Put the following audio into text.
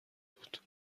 بود